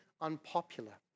unpopular